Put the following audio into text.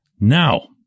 Now